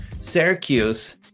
Syracuse